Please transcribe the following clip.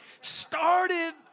started